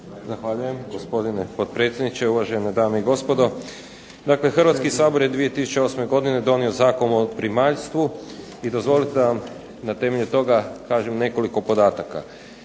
Zahvaljujem gospodine potpredsjedniče. Uvažene dame i gospodo. Dakle, Hrvatski sabor je 2008. donio Zakon o primaljstvu i dozvolite da vam na temelju toga kažem nekoliko podataka.